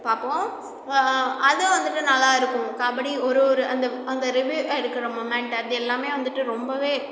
பார்ப்போம் அதுவும் வந்துவிட்டு நல்லா இருக்கும் கபடி ஒரு ஒரு அந்த அந்த ரிவ்யூ எடுக்கிற மொமெண்ட் அது எல்லாமே வந்துவிட்டு ரொம்பவே